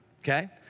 okay